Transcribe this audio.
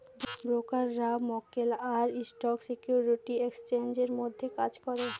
ব্রোকাররা মক্কেল আর স্টক সিকিউরিটি এক্সচেঞ্জের মধ্যে কাজ করে